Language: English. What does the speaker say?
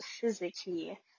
physically